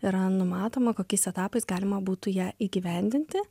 yra numatoma kokiais etapais galima būtų ją įgyvendinti